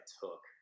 took